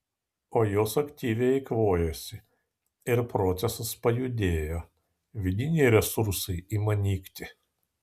o jos aktyviai eikvojasi ir procesas pajudėjo vidiniai resursai ima nykti